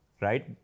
Right